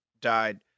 died